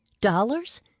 dollars